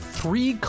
three